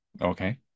Okay